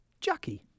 Jackie